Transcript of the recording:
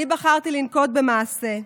אני בחרתי לנקוט מעשה.